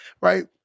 right